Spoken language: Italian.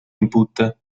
input